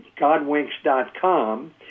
godwinks.com